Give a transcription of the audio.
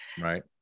right